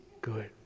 good